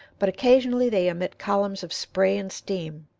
but occasionally they emit columns of spray and steam.